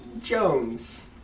Jones